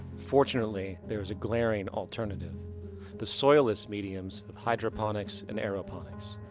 fortunately, there is a glaring alternative the soil-less mediums of hydroponics and aeroponics,